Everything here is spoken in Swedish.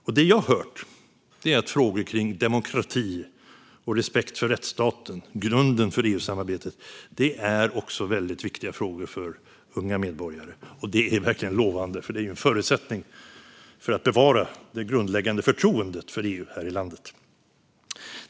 Det som jag har hört är att frågor kring demokrati och respekt för rättsstaten - grunden för EU-samarbetet - också är väldigt viktiga frågor för unga medborgare. Det är verkligen lovande, eftersom det är en förutsättning för att bevara det grundläggande förtroendet för EU här i landet.